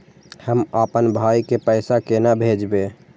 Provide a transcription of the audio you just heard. हम आपन भाई के पैसा केना भेजबे?